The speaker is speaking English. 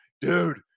dude